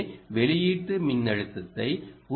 எனவே வெளியீட்டு மின்னழுத்தத்தை 0